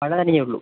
മഴ നനഞ്ഞതെ ഉള്ളു